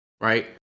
right